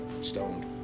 stoned